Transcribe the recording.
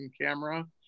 camera